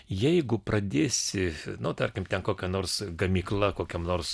jeigu pradėsi nu tarkim ten kokia nors gamykla kokiam nors